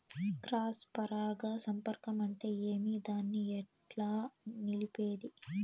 Cross పరాగ సంపర్కం అంటే ఏమి? దాన్ని ఎట్లా నిలిపేది?